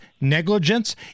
negligence